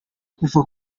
kuva